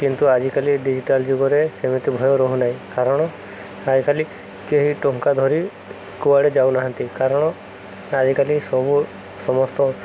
କିନ୍ତୁ ଆଜିକାଲି ଡିଜିଟାଲ ଯୁଗରେ ସେମିତି ଭୟ ରହୁନାହିଁ କାରଣ ଆଜିକାଲି କେହି ଟଙ୍କା ଧରି କୁଆଡ଼େ ଯାଉନାହାଁନ୍ତି କାରଣ ଆଜିକାଲି ସବୁ ସମସ୍ତ